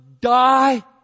die